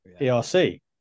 ERC